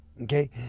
Okay